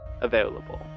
available